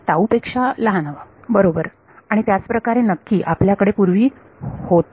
tau पेक्षा लहान हवी बरोबर आणि त्याच प्रकारे नक्की आपल्याकडे पूर्वी होती